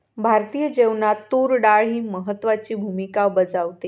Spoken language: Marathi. भारतीय जेवणात तूर डाळ ही महत्त्वाची भूमिका बजावते